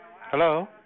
Hello